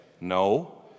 No